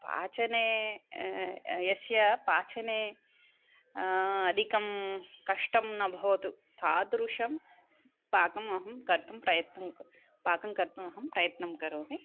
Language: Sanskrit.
पचने यस्य पचने अधिकं कष्टं न भवतु तादृशं पाकम् अहं कर्तुं प्रयत्नं क् पाकं कर्तुम् अहं प्रयत्नं करोमि